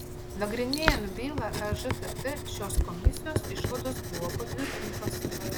nagrinėjant bylą ežtt šios komisijos išvados buvo patvirtintos